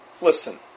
Listen